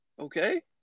Okay